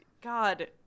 God